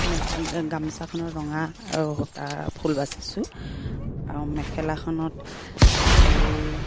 মেখে গামোচাখনৰ ৰঙা আৰু সূতা ফুল বাচিছোঁ আৰু মেখেলাখনত ফুল